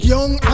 Young